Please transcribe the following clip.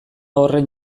horren